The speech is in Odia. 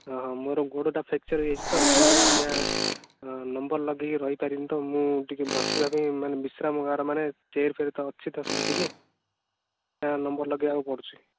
ଓହୋ ମୋର ଗୋଡ଼ଟା ଫ୍ୟାକଚର୍ ହେଇଯାଇଛି ତ ମୁଁ ଆଜ୍ଞା ନମ୍ବର ଲଗାଇକି ରହି ପାରିବିନି ତ ମୁଁ ଟିକେ ବସିବା ପାଇଁ ମାନେ ବିଶ୍ରାମଗାର ମାନେ ଚେୟାର୍ ଫେୟାର ଅଛି ତ ସେଇଠି ଟିକେ ନା ନମ୍ବର ଲଗାଇବାକୁ ପଡ଼ୁଛି